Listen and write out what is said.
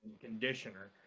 Conditioner